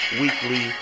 Weekly